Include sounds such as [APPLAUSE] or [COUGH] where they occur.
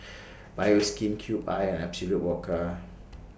Bioskin [NOISE] Cube I and Absolut Vodka